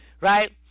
right